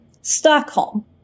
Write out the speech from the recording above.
Stockholm